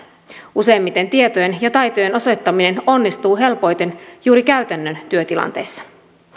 useimmiten tietojen ja taitojen osoittaminen onnistuu helpoiten juuri käytännön työtilanteissa